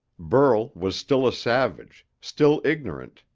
burl was still a savage, still ignorant,